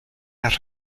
las